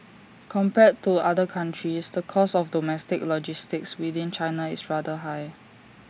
compared to other countries the cost of domestic logistics within China is rather high